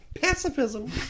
pacifism